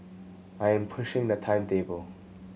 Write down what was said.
I am pushing the timetable